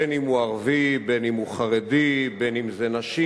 בין שהוא ערבי, בין שהוא חרדי, בין שזה נשים,